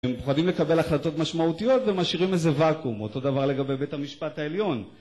הם מפחדים לקבל החלטות משמעותיות ומאשרים איזה ואקום, אותו דבר לגבי בית המשפט העליון